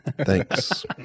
thanks